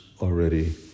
already